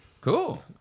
Cool